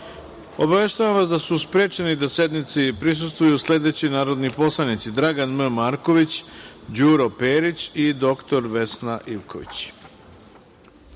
vas da su sprečeni da sednici prisustvuju sledeći narodni poslanici: Dragan M. Marković, Đuro Perić i dr Vesna